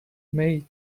may